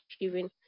achieving